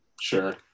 Sure